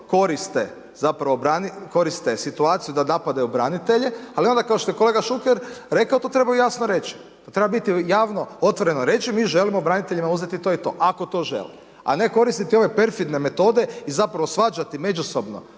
koriste situaciju da napadaju branitelje, ali ono kao što je kolega Šuker rekao, to treba jasno reći, to treba biti javno otvoreno reći, mi želimo braniteljima uzeti to i to, ako to žele, a ne koristiti ove perfidne metode i zapravo svađati međusobno